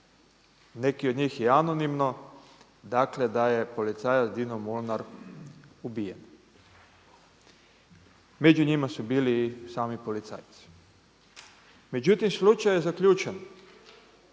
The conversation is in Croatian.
neki od njih i anonimno, dakle da je policajac Dino Molnar ubijen. Među njima su bili i sami policajci. Međutim, slučaj je zaključen,